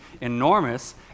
enormous